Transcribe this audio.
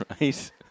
Right